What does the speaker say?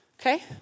Okay